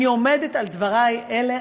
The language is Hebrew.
אני עומדת על דברי אלה.